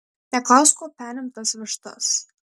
neklausk kuo penim tas vištas